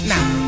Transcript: Now